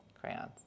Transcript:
crayons